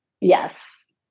Yes